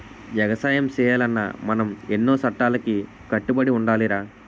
ఎగసాయం సెయ్యాలన్నా మనం ఎన్నో సట్టాలకి కట్టుబడి ఉండాలిరా